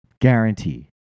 guarantee